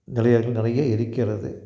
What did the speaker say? நிறைய இன்னும் நிறைய இருக்கிறது